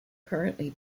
currently